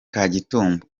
kagitumba